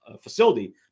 facility